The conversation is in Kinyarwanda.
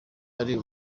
hari